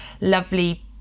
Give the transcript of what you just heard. lovely